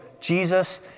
Jesus